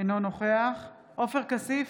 אינו נוכח עופר כסיף,